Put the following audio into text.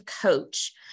coach